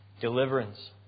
deliverance